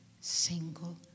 single